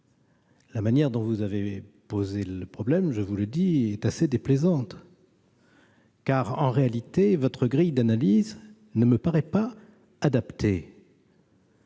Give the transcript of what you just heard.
la manière dont vous avez posé le problème est assez déplaisante, car, en réalité, votre grille d'analyse ne me paraît pas adaptée.